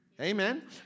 amen